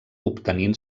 obtenint